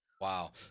Wow